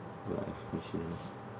life insurance